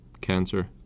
cancer